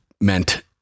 meant